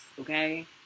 Okay